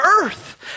earth